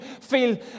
feel